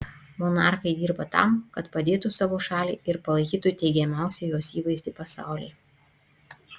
monarchai dirba tam kad padėtų savo šaliai ir palaikytų teigiamiausią jos įvaizdį pasaulyje